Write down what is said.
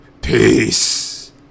Peace